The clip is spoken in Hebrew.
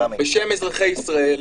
בשם אזרחי ישראל.